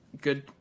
good